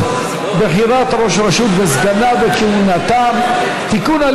(בחירת ראש רשות וסגניו וכהונתם) (תיקון,